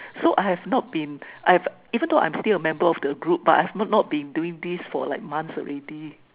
so I have not been I have even though I'm still a member of the group but I have not been doing this for months already